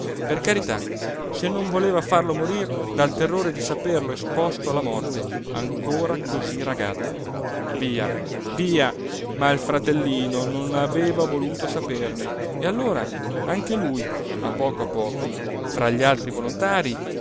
per carità se non voleva farlo morire dal terrore di saperlo esposto alla morte ancora cosí ragazzo via via ma il fratellino non aveva voluto saperne e allora anche lui a poco a poco fra gli altri volontarii